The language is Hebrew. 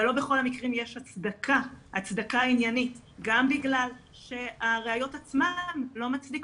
אבל לא בכל המקרים יש הצדקה עניינית גם בגלל שהראיות עצמן לא מצדיקות.